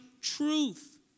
truth